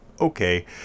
okay